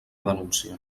denúncia